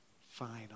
final